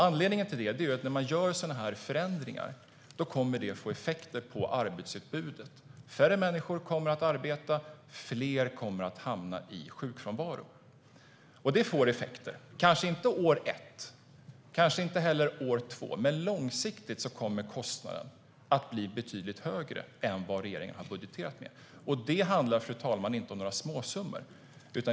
Anledningen till det är att när man gör sådana förändringar får det effekter på arbetsutbudet. Färre människor kommer att arbeta, och fler kommer att hamna i sjukfrånvaro. Och det får effekter, kanske inte år ett och kanske inte heller år två. Men långsiktigt kommer kostnaden att bli betydligt högre än vad regeringen har budgeterat. Det handlar, fru talman, inte om några småsummor.